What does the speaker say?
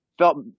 felt